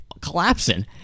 collapsing